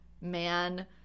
man